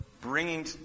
bringing